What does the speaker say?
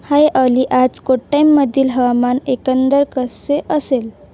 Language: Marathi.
हाय ऑली आज कोट्टायममधील हवामान एकंदर कसे असेल